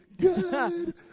Good